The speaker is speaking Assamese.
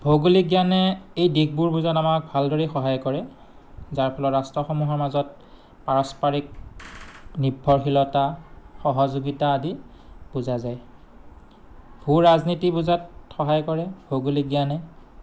ভৌগোলিক জ্ঞানে এই দিশবোৰ বুজাত আমাক ভালদৰে সহায় কৰে যাৰ ফলত ৰাষ্ট্ৰসমূহৰ মাজত পাৰস্পাৰিক নিৰ্ভৰশীলতা সহযোগিতা আদি বুজা যায় ভূ ৰাজনীতি বুজাত সহায় কৰে ভৌগোলিক জ্ঞানে